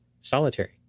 solitary